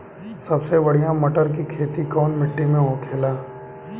सबसे बढ़ियां मटर की खेती कवन मिट्टी में होखेला?